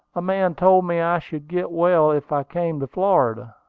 a man told me i should get well if i came to florida.